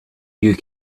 you